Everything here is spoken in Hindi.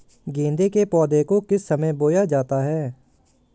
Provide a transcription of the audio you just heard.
गेंदे के पौधे को किस समय बोया जाता है?